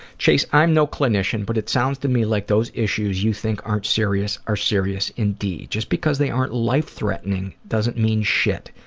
chase, i'm no clinician but it sounds to me like those issues you think aren't serious are serious indeed. just because they aren't life-threatening doesn't mean shit.